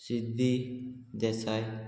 Siddhi Desai